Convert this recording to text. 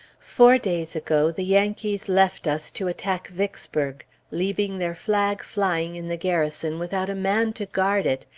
four days ago the yankees left us, to attack vicksburg, leaving their flag flying in the garrison without a man to guard it,